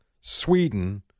Sweden